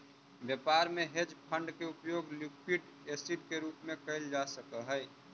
व्यापार में hedge fund के उपयोग लिक्विड एसिड के रूप में कैल जा सक हई